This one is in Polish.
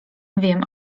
wiem